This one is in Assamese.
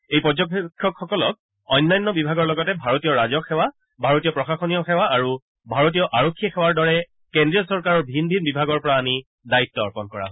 এই পৰ্যবেক্ষকসকলক অন্যান্য বিভাগৰ লগতে ভাৰতীয় ৰাজহ সেৱা ভাৰতীয় প্ৰসাসনীয় সেৱা আৰু ভাৰতীয় আৰক্ষী সেৱাৰ দৰে কেন্দ্ৰীয় চৰকাৰৰ ভিন ভিন বিভাগৰ পৰা আনি দায়িত্ব অৰ্পণ কৰা হৈছে